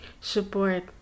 support